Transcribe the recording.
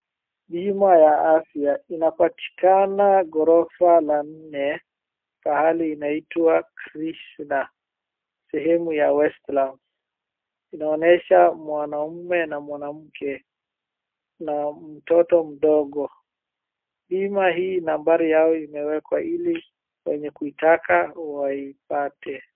Bima ya afya inapatikana ghorofa la nne pahali inaitwa Krishna sehemu ya Westlands , inaonyesha mwanaume an mwanamke na mtoto mdogo. Bima hii nambari yao imewekwa ili wenye kuitaka waipate.